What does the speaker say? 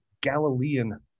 Galilean